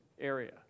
area